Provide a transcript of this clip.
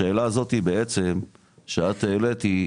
השאלה הזאת היא בעצם שאת העליתי,